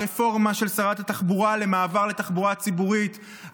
הרפורמה של שרת התחבורה למעבר לתחבורה ציבורית,